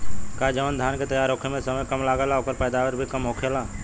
का जवन धान के तैयार होखे में समय कम लागेला ओकर पैदवार भी कम होला?